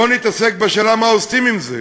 בואו נתעסק בשאלה מה עושים עם זה.